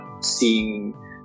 seeing